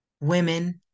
women